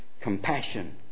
compassion